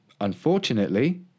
Unfortunately